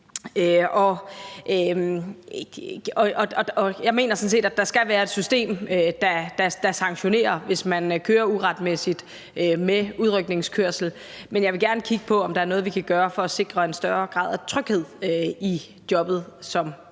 sådan set, at der skal være et system, der sanktionerer det, hvis man kører uretmæssig udrykningskørsel, men jeg vil gerne kigge på, om der er noget, vi kan gøre for at sikre en større grad af tryghed i jobbet som